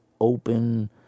open